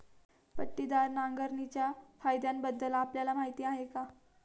पट्टीदार नांगरणीच्या फायद्यांबद्दल आपल्याला माहिती आहे का?